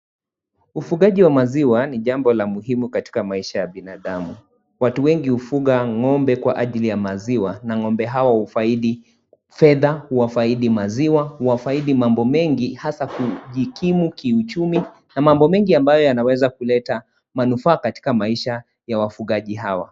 Ufugaji wa maziwa ni jambo la muhimu katika maisha ya binadamu, watu wengi hufuga ng'ombe kwa ajili ya maziwa na ng'ombe hao hufaidi fedha, huwafaidi maziwa huwafaidi mambo mengi hasa kujikimu kiuchumi na mambo mengi ambayo yanaweza kuleta manufaa katika maisha ya wafugaji hawa.